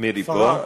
מירי פה.